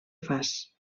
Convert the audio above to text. fas